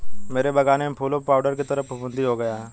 मेरे बगानी में फूलों पर पाउडर की तरह फुफुदी हो गया हैं